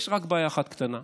יש רק בעיה אחת קטנה: